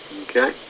Okay